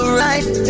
right